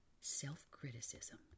self-criticism